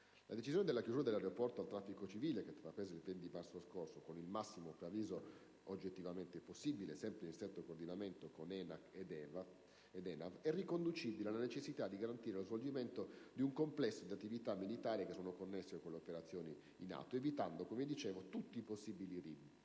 la decisione della chiusura dell'aeroporto al traffico aereo civile, presa il 20 marzo scorso, con il massimo di preavviso oggettivamente possibile ed in stretto coordinamento con ENAC ed ENAV, è riconducibile alla necessità di garantire lo svolgimento di tutto il complesso di attività militari connesse all'operazione in atto, evitando tutti i possibili rischi,